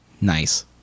Nice